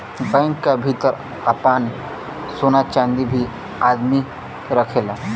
bank क भितर आपन सोना चांदी भी आदमी रखेला